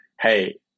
hey